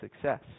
success